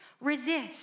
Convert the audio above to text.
resist